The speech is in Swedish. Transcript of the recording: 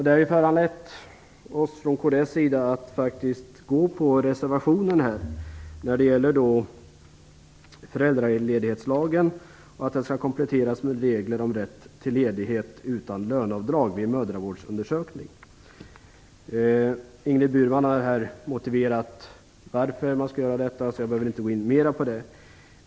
Det är lätt för oss att från kds sida gå på reservationen när det gäller förslaget att föräldraledighetslagen skall kompletteras med regler om rätt till ledighet utan löneavdrag för mödravårdsundersökning. Ingrid Burman har motiverat varför man skall göra det, så jag skall inte gå in mer på det.